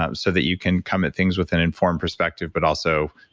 um so that you can come at things with an informed perspective, but also,